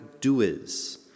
doers